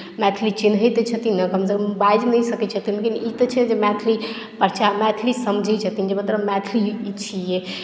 मैथिली चिन्हैत तऽ छथिन ने कमसँ कम बाजि नहि सकैत छथिन लेकिन ई तऽ छै जे मैथिली प्रचार मैथिली समझैत छथिन जे मतलब मैथिली ई छियै